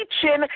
teaching